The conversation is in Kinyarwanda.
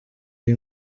iyi